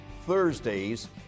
Thursdays